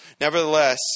Nevertheless